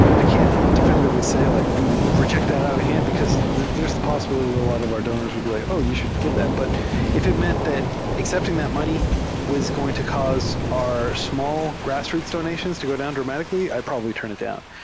i can t definitively say like we would re ject that out of hand because there's the possibility that a lot of our donors would be like, oh! you should give that. but if it meant that accepting that money was going to cause our small grass roots donations to go down dramatically, i'd probably turn it down,